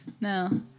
no